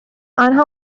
آنها